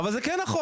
אבל זה כן נכון,